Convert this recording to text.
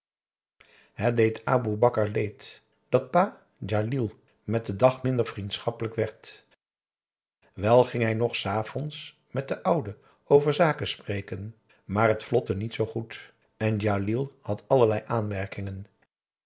het deed aboe bakar leed dat pa djalil met den dag minder vriendschappelijk werd wel ging hij nog s avonds met den oude over zaken spreken maar het vlotte niet zoo goed en djalil had allerlei aanmerkingen